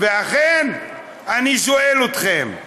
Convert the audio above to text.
ולכן אני שואל אתכם,